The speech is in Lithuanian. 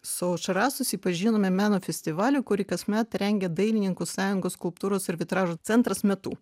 su aušra susipažinome meno festivalį kurį kasmet rengia dailininkų sąjungos skulptūros ir vitražo centras metu